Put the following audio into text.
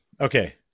Okay